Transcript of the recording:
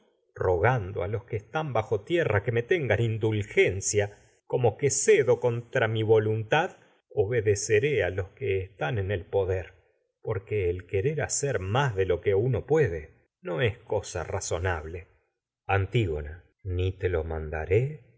yo rogando'a los que están bajo tierra que me tengan indulgencia como que cedo contra mi voluntad obedeceré a los que están en el po der porque el querer hacer más que lo que uno no puede es cosa razonable antígona ni te lo mandaré